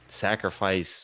sacrifice